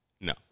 no